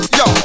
yo